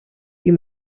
you